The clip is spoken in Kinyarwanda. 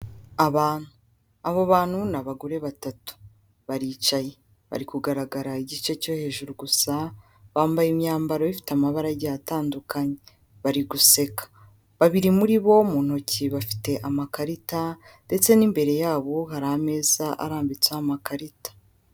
Abantu abo bantu ni abagore batatu, baricaye bari kugaragara igice cyo hejuru gusa bambaye imyambaro ifite amabara agiye atandukanye bari guseka, babiri muri bo mu ntoki bafite amakarita ndetse n'imbere yabo hari ameza arambitseho amakarita.